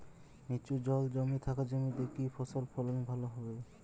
নিচু জল জমে থাকা জমিতে কি ফসল ফলন ভালো হবে?